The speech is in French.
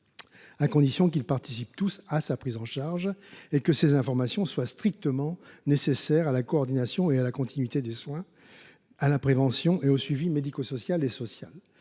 à condition qu’ils participent tous à sa prise en charge et que ces informations soient strictement nécessaires à la coordination ou à la continuité des soins, à la prévention ou à son suivi médico social et social